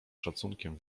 szacunkiem